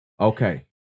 Okay